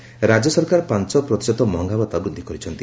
ମହଙ ରାଜ୍ୟ ସରକାର ପାଞ ପ୍ରତିଶତ ମହଙ୍ଗା ଭତ୍ତା ବୃଦ୍ଧି କରିଛନ୍ତି